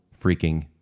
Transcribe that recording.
freaking